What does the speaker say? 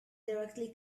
directly